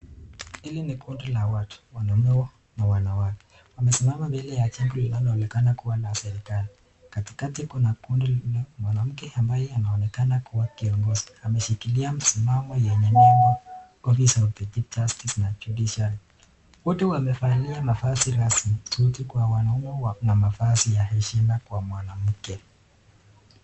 Hili ni kundi la watu, wanawake na wanaume. Wamesimama mbele ya jengo linaonekana kuwa la serikali. Katikati kuna kundi mwanamke ambaye anaonekana kuwa kiongozi ameshikilia msimamo yenye nembo Office of the Chief Justice na Judiciary . Wote wamevalia mavazi rasmi, suti kwa wanaume na mavazi ya heshima kwa mwanamke.